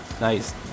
Nice